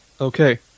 Okay